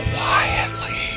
Quietly